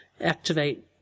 activate